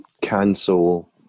cancel